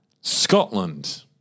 Scotland